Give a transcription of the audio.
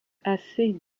assez